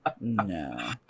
No